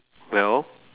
well